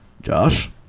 Josh